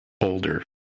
older